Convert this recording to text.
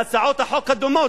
והצעות החוק הדומות,